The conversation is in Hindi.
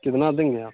कितना देंगे आप